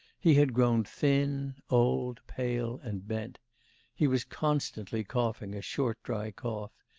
he had grown thin, old, pale and bent he was constantly coughing a short dry cough,